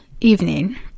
evening